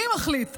מי מחליט?